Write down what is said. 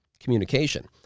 communication